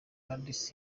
kandi